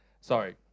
sorry